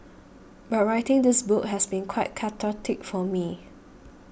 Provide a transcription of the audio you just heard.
but writing this book has been quite cathartic for me